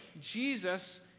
Jesus